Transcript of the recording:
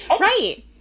Right